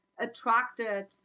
attracted